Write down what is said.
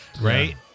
Right